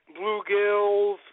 bluegills